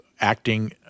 acting